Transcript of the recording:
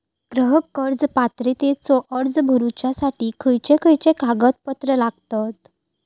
गृह कर्ज पात्रतेचो अर्ज भरुच्यासाठी खयचे खयचे कागदपत्र लागतत?